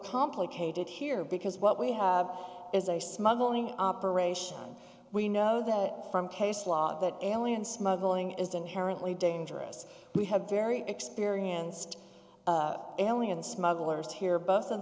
complicate it here because what we have is a smuggling operation we know that from case law that alien smuggling is inherently dangerous we have very experienced alien smugglers here both of